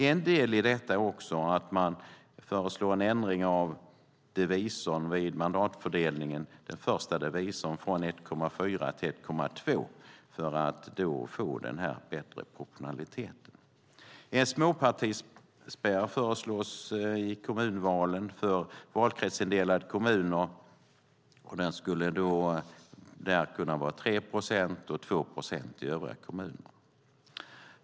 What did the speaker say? En del är att man föreslår en ändring av första divisorn vid mandatfördelningen från 1,4 till 1,2 för att få bättre proportionalitet. En småpartispärr föreslås för kommunvalen. För valkretsindelade kommuner skulle den kunna vara 3 procent och för övriga kommuner 2 procent.